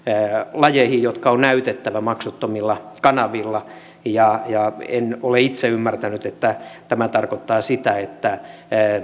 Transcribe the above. lajeihin jotka on näytettävä maksuttomilla kanavilla en ole itse ymmärtänyt että tämä tarkoittaa sitä että